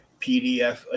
PDF